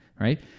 right